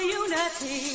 unity